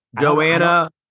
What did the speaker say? Joanna